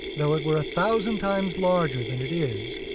though it were a thousand times larger than it is,